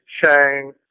shang